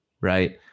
right